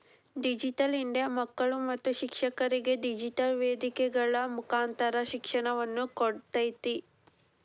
digital India ಮಕ್ಕಳು ಮತ್ತು ಶಿಕ್ಷಕರಿಗೆ ಡಿಜಿಟೆಲ್ ವೇದಿಕೆಗಳ ಮುಕಾಂತರ ಶಿಕ್ಷಣವನ್ನ ಕೊಡ್ತೇತಿ